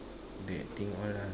that thing all lah